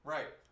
Right